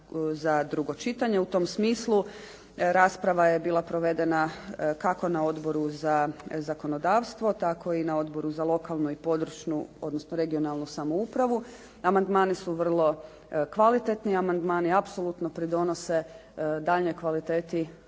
za drugo čitanje. U tom smislu rasprava je bila provedena kako na Odboru za zakonodavstvo tako i na Odboru za lokalnu i područnu, odnosno regionalnu samoupravu. Amandmani su vrlo kvalitetni, amandmani apsolutno pridonose daljnjoj kvaliteti